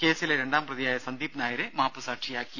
കേസിലെ രണ്ടാംപ്രതിയായ സന്ദീപ് നായരെ മാപ്പുസാക്ഷിയാക്കി